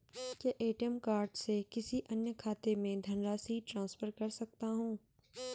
क्या ATM card से किसी अन्य खाते में धनराशि ट्रांसफर कर सकता हूँ?